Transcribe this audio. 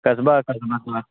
قصبہ